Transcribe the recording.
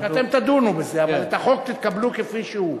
אתם תדונו בזה, אבל את החוק תקבלו כפי שהוא.